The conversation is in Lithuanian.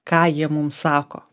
ką jie mum sako